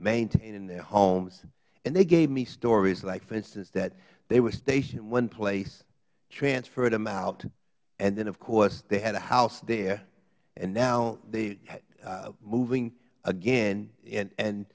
maintaining their homes and they gave me stories like for instance they were stationed in one place transferred them out and then of course they had a house there and now they're moving again and